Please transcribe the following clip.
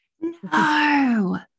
no